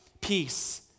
peace